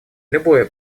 любое